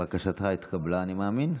בקשתך התקבלה, אני מאמין.